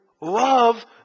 love